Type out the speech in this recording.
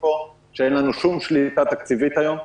פה שאין לנו שום שליטה תקציבית היום,